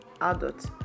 adult